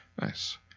Nice